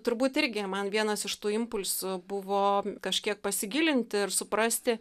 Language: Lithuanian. turbūt irgi man vienas iš tų impulsų buvo kažkiek pasigilinti ir suprasti